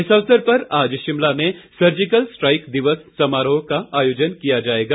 इस अवसर पर आज शिमला में सर्जिकल स्ट्राइक दिवस समारोह का आयोजन किया जाएगा